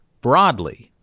broadly